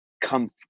come